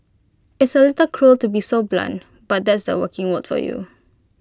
it's A little cruel to be so blunt but that's the working world for you